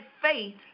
faith